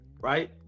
right